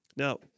Now